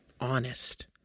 honest